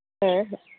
ᱦᱮᱸ